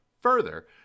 Further